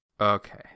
Okay